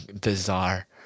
bizarre